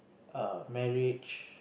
err marriage